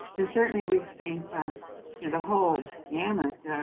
and certainly we've seen from and the whole gamut